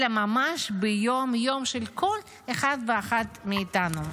אלא ממש ביום-יום של כל אחד ואחת מאיתנו,